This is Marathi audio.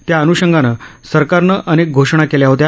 त्याअन्षंगाने सरकारे अनेक घोषणा केल्या होत्या